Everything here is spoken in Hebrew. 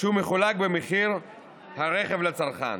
כשהוא מחולק במחיר הרכב לצרכן.